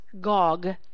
Gog